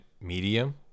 medium